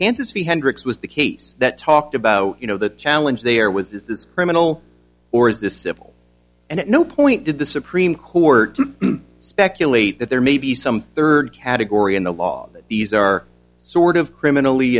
know hendricks was the case that talked about you know the challenge there was is this criminal or is this civil and at no point did the supreme court speculate that there may be some third category in the law that these are sort of criminally